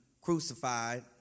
crucified